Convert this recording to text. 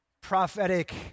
prophetic